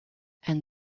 and